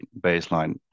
baseline